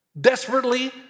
desperately